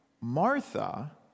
Martha